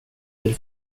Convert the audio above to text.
vill